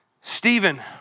Stephen